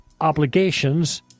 obligations